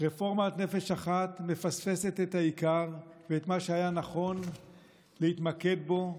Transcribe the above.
רפורמת נפש אחת מפספסת את העיקר ואת מה שהיה נכון להתמקד בו,